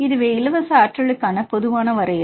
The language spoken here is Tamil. இதுவே இலவச ஆற்றலுக்கான பொதுவான வரையறை